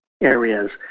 areas